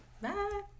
bye